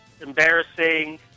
embarrassing